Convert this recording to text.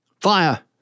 Fire